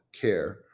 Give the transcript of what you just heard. care